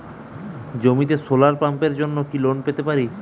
জমিতে সোলার পাম্পের জন্য কি লোন পেতে পারি?